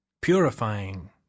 Purifying